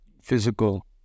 physical